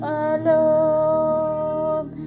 alone